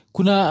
Kuna